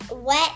wet